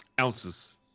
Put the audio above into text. Ounces